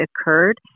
occurred